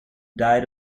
died